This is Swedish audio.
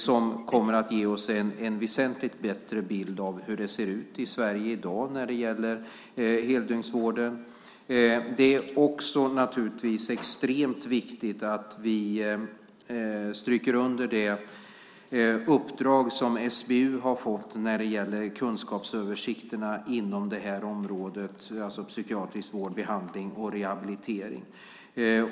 Det kommer att ge oss en väsentligt bättre bild av hur det i dag ser ut i Sverige när det gäller heldygnsvården. Det är naturligtvis också extremt viktigt att vi stryker under det uppdrag som SBU fått när det gäller kunskapsöversikterna inom området psykiatrisk vård, behandling och rehabilitering.